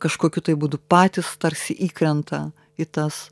kažkokiu būdu patys tarsi įkrenta į tas